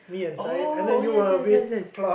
oh oh yes yes yes yes